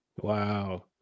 Wow